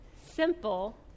simple